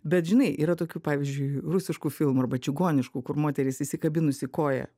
bet žinai yra tokių pavyzdžiui rusiškų filmų arba čigoniškų kur moterys įsikabinus į koją